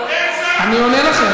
אני עונה לך,